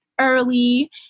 early